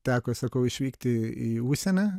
teko sakau išvykti į užsienį